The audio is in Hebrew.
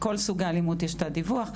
כל סוגי האלימות יש תת דיווח.